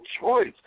choice